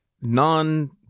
non